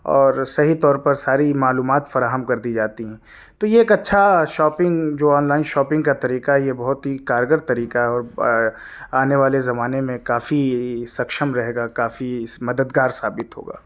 اور صحیح طور پر ساری معلومات فراہم کر دی جاتی ہیں تو ایک اچھا شاپنگ جو آن لائن شاپنگ کا طریقہ یہ بہت ہی کارگر طریقہ ہے اور آنے والے زمانے میں کافی سکچھم رہے گا کافی مدد گار ثابت ہوگا